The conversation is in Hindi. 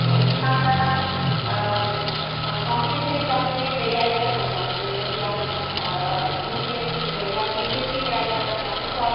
और उसके साथ साथ आप कॉम्पिटिशन एग्जाम के यदि तैयारी करना चाहते हैं यदि आप यू पी एस सी है या पी सी एस की तैयारी करना चाहते हैं तो आप